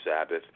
Sabbath